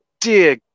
dear